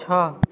छः